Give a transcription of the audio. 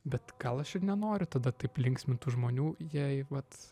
bet gal aš ir nenori tada taip linksmint tų žmonių jei vat